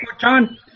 John